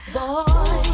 boy